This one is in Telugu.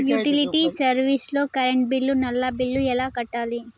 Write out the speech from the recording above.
యుటిలిటీ సర్వీస్ లో కరెంట్ బిల్లు, నల్లా బిల్లు ఎలా కట్టాలి?